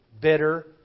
bitter